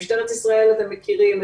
את משטרת ישראל אתם מכירים.